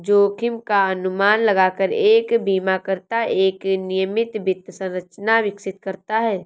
जोखिम का अनुमान लगाकर एक बीमाकर्ता एक नियमित वित्त संरचना विकसित करता है